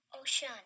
Ocean